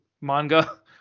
manga